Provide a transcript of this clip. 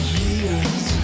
years